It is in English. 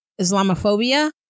Islamophobia